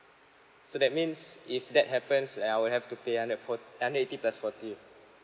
so that means if that happens then I will have to pay hundred four hundred eighty plus forty